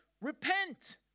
repent